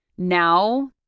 Now